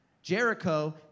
Jericho